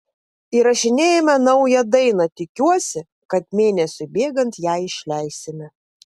įrašinėjame naują dainą tikiuosi kad mėnesiui bėgant ją išleisime